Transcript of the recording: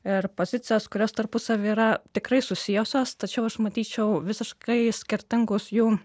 ir pozicijas kurios tarpusavy yra tikrai susijusios tačiau aš matyčiau visiškai skirtingus jų